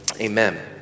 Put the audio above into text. amen